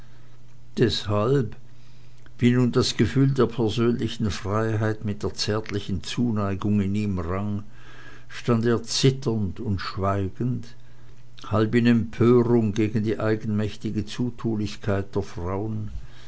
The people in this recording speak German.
deshalb wie nun das gefühl der persönlichen freiheit mit der zärtlichen zuneigung in ihm rang stand er zitternd und schweigend halb in empörung gegen die eigenmächtige zutulichkeit der frauen